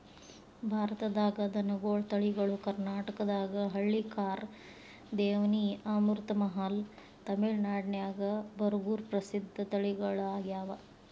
ಭಾರತದಾಗ ದನಗೋಳ ತಳಿಗಳು ಕರ್ನಾಟಕದಾಗ ಹಳ್ಳಿಕಾರ್, ದೇವನಿ, ಅಮೃತಮಹಲ್, ತಮಿಳನಾಡಿನ್ಯಾಗ ಬರಗೂರು ಪ್ರಸಿದ್ಧ ತಳಿಗಳಗ್ಯಾವ